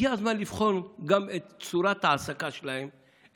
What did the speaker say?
הגיע הזמן לבחון גם את צורת ההעסקה שלהם,